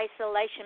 isolation